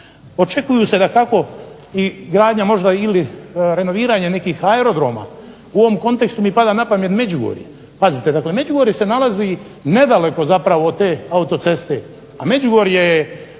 očekuju se dakako i gradnja možda ili renoviranje nekih aerodroma, u ovom kontekstu mi pada na pamet Međugorje. Pazite dakle Međugorje se nalazi nedaleko zapravo od te autoceste, a Međugorje